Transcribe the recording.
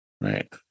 right